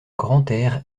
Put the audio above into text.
grantaire